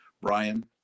Brian